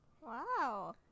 wow